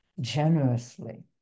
generously